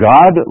God